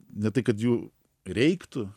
ne tai kad jų reiktų